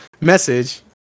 message